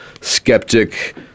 skeptic